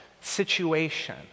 situation